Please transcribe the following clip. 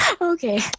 Okay